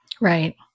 Right